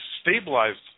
stabilized